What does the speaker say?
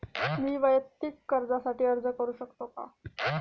मी वैयक्तिक कर्जासाठी अर्ज करू शकतो का?